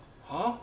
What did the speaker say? !huh!